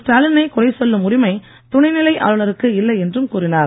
ஸ்டாவினை குறை சொல்லும் உரிமை துணைநிலை ஆளுனருக்கு இல்லை என்றும் கூறினார்